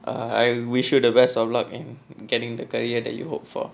I wish you the best of luck in getting the career that you hope for